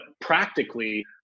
practically